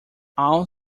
all